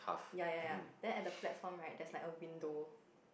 ya ya ya then at the platform right there's like a window